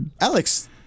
Alex